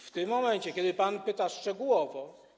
W tym momencie, kiedy pan pyta szczegółowo.